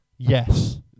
Yes